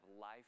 life